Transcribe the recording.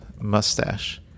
mustache